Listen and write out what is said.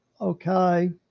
okay